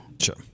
Sure